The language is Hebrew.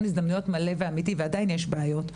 הזדמנויות מלא ואמיתי ועדיין יש בעיות,